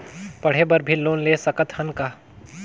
पढ़े बर भी लोन ले सकत हन का?